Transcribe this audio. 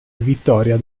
vittoria